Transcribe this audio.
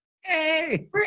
Hey